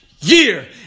year